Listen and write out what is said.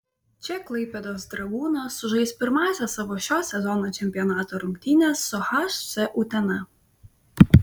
čia klaipėdos dragūnas sužais pirmąsias savo šio sezono čempionato rungtynes su hc utena